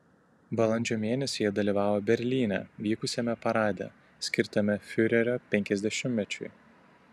balandžio mėnesį jie dalyvavo berlyne vykusiame parade skirtame fiurerio penkiasdešimtmečiui